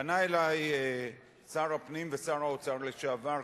פנה אלי שר הפנים ושר האוצר לשעבר,